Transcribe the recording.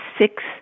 six